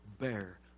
bear